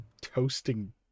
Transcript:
toasting